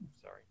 Sorry